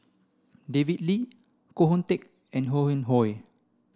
David Lee Koh Hoon Teck and Ho Yuen Hoe